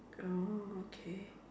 oh okay